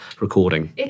recording